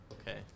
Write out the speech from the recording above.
Okay